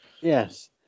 Yes